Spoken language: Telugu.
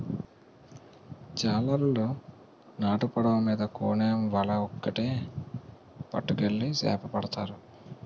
జాలరులు నాటు పడవ మీద కోనేమ్ వల ఒక్కేటి పట్టుకెళ్లి సేపపడతారు